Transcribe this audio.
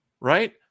right